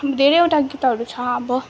धेरैवटा गीतहरू छ अब